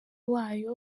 wayo